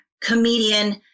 comedian